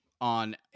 on